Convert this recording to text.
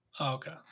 Okay